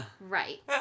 Right